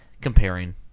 Comparing